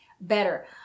Better